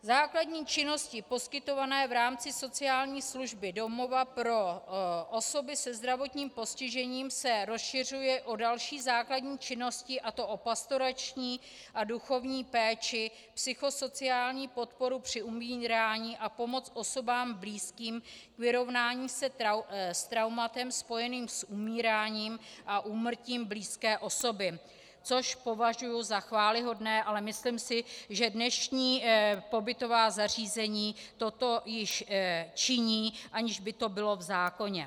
Základní činnosti poskytované v rámci sociální služby domova pro osoby se zdravotním postižením se rozšiřují o další základní činnosti, a to pastorační a duchovní péči, psychosociální podporu při umírání a pomoc osobám blízkým, vyrovnání se s traumatem spojeným s umíráním a úmrtím blízké osoby, což považuji za chvályhodné, ale myslím si, že dnešní pobytová zařízení toto již činí, aniž by to bylo v zákoně.